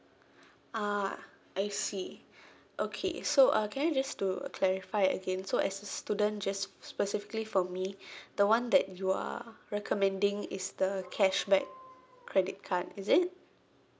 ah I see okay so uh can I just to clarify again so as a student just s~ specifically for me the one that you are recommending is the cashback credit card is it